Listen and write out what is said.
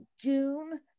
june